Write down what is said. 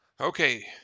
Okay